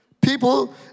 People